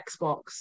Xbox